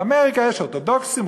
באמריקה יש אורתודוקסים,